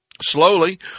Slowly